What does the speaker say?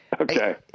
Okay